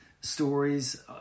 stories